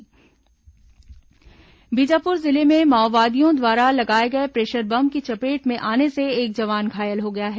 माओवादी समाचार बीजापुर जिले में माओवादियों द्वारा लगाए गए प्रेशर बम की चपेट में आने से एक जवान घायल हो गया है